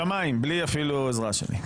משמים, בלי אפילו עזרה שלי.